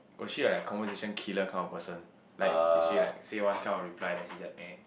was she like conversation killer kind of person like did she like say one kind of reply then she just meh